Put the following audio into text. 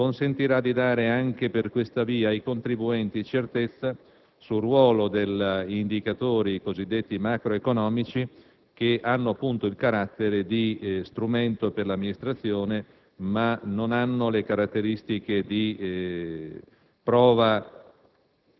consentirà di dare, anche per questa via, ai contribuenti certezza sul ruolo degli indicatori cosiddetti macroeconomici che hanno appunto il carattere di strumento per l'amministrazione, ma non hanno le caratteristiche di prova